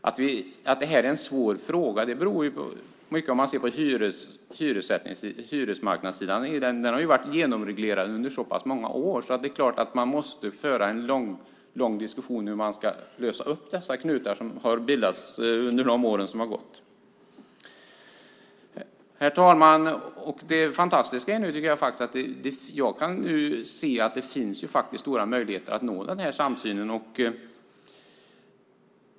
Att det här är en svår fråga beror mycket på att hyresmarknadssidan har varit genomreglerad under så pass många år. Det är klart att man måste föra en lång diskussion om hur man ska lösa upp de knutar som har bildats under de år som har gått. Herr talman! Det fantastiska tycker jag är att det nu går att se att det faktiskt finns stora möjligheter att nå den här samsynen.